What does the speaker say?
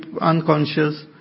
unconscious